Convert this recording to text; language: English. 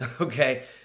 Okay